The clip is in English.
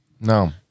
No